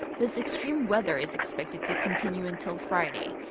this extreme weather is expected to continue until friday.